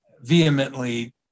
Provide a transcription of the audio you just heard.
vehemently